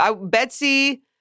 Betsy